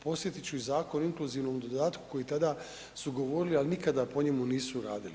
Podsjetit ću i Zakon o inkluzivnom dodatkom koji tada su govorili, ali nikada po njemu nisu radili.